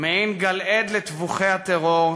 מעין גלעד לטבוחי הטרור,